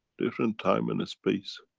different time and space,